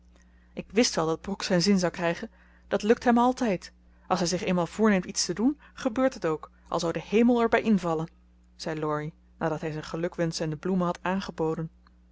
ik wist wel dat brooke zijn zin zou krijgen dat lukt hem altijd als hij zich eenmaal voorneemt iets te doen gebeurt het ook al zou de hemel er bij invallen zei laurie nadat hij zijn gelukwenschen en bloemen had aangeboden